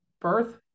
birth